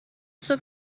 صبح